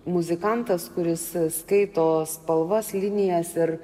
muzikantas kuris skaito spalvas linijas ir